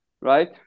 right